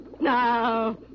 Now